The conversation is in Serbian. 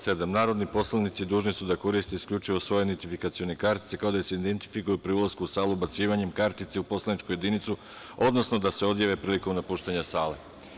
Član 127. narodni poslanici su dužni da koriste isključivo svoje identifikacione kartice, kao i da se identifikuju pri ulasku u salu ubacivanjem u poslaničku jedinicu, odnosno da se odjave prilikom napuštanja sale.